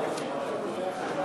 נתקבל.